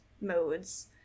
modes